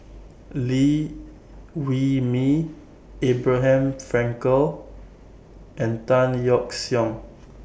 Liew Wee Mee Abraham Frankel and Tan Yeok Seong